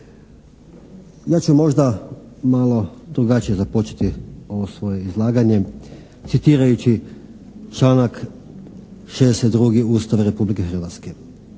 Ja ću možda malo drugačije započeti ovo svoje izlaganje, citirajući članak 62. Ustava Republike Hrvatske